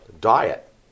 diet